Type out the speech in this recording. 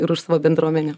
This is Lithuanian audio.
ir už savo bendruomenę